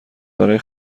برای